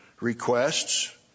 requests